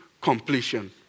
completion